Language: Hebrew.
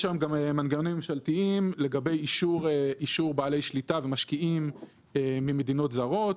כיום יש מנגנונים ממשלתיים לאישור בעלי שליטה ומשקיעים ממדינות זרות,